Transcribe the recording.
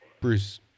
Bruce